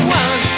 one